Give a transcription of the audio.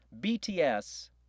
bts